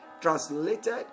translated